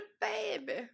baby